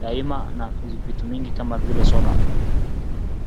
daima na vitu mingi kama vile soda.